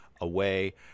away